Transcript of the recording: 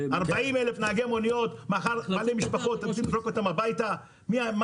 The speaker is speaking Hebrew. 40,000 נהגי מוניות בעלי משפחות אתם רוצים לזרוק אותם הביתה?